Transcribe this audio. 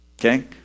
Okay